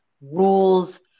rules